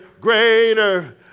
greater